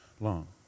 long